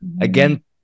again